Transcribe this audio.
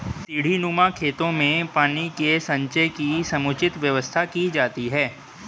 सीढ़ीनुमा खेतों में पानी के संचय की समुचित व्यवस्था की जाती है